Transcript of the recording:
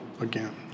again